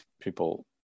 people